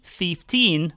fifteen